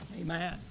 Amen